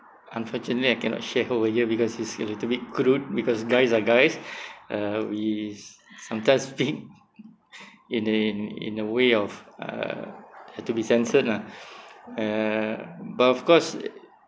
unfortunately I cannot share over here because it's a little bit crude because guys are guys uh we we sometimes speak in a in a way of uh have to be censored lah uh but of course